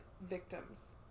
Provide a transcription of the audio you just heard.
victims